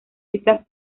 islas